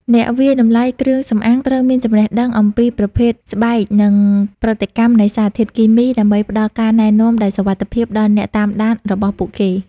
អ្នកវាយតម្លៃគ្រឿងសម្អាងត្រូវមានចំណេះដឹងអំពីប្រភេទស្បែក និងប្រតិកម្មនៃសារធាតុគីមី ដើម្បីផ្តល់ការណែនាំដែលសុវត្ថិភាពដល់អ្នកតាមដានរបស់ពួកគេ។